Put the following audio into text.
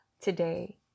today